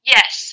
Yes